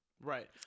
Right